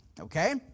okay